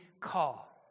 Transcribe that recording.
call